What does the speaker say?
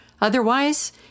Otherwise